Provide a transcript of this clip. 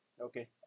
okay